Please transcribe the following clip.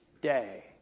day